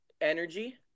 energy